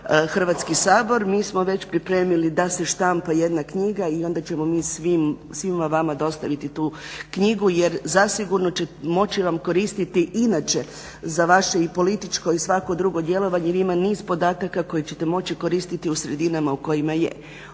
Hrvatski sabor, mi smo već pripremili da se štampa jedna knjiga i onda ćemo mi svima vama dostaviti tu knjigu jer zasigurno će moći vam koristiti inače za vaše i političko i svako drugo djelovanje, jer ima niz podataka koje ćete moći koristiti u sredinama u kojima je.